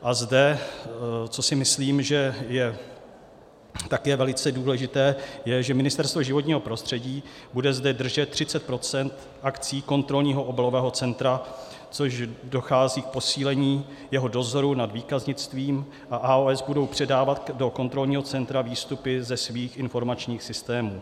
A co si myslím, že je také velice důležité, Ministerstvo životního prostředí bude zde držet 30 % akcií Kontrolního obalového centra, takže dochází k posílení jeho dozoru nad výkaznictvím, a AOS budou předávat do kontrolního centra výstupy ze svých informačních systémů.